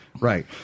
Right